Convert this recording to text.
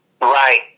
Right